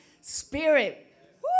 spirit